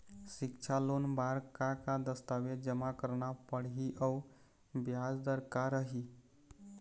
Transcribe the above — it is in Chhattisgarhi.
सिक्छा लोन बार का का दस्तावेज जमा करना पढ़ही अउ ब्याज दर का रही?